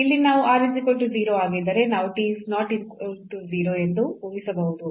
ಇಲ್ಲಿ ನಾವು ಆಗಿದ್ದರೆ ನಾವು ಎಂದು ಊಹಿಸಬಹುದು